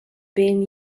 been